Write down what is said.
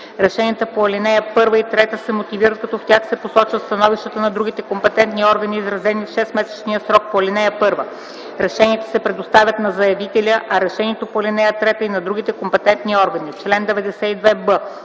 Решенията по ал. 1 и 3 се мотивират, като в тях се посочват становищата на другите компетентни органи, изразени в 6-месечния срок по ал. 1. Решенията се предоставят на заявителя, а решението по ал. 3 – и на другите компетентни органи. Чл. 92б.